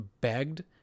begged